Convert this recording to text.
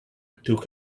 took